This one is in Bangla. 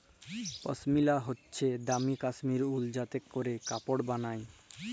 পশমিলা হইসে দামি কাশ্মীরি উল যাতে ক্যরে কাপড় বালায়